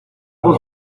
por